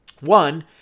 One